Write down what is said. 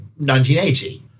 1980